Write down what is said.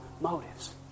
motives